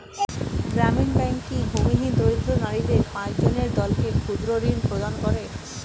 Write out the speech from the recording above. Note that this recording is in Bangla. গ্রামীণ ব্যাংক কি ভূমিহীন দরিদ্র নারীদের পাঁচজনের দলকে ক্ষুদ্রঋণ প্রদান করে?